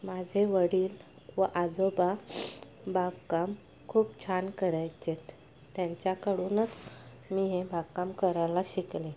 माझे वडील व आजोबा बागकाम खूप छान करायचेत त्यांच्याकडूनच मी हे बागकाम करायला शिकले